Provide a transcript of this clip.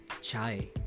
chai